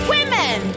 Women